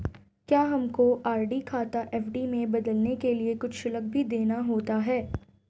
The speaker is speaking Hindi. क्या हमको आर.डी खाता एफ.डी में बदलने के लिए कुछ शुल्क भी देना होता है?